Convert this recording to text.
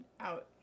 out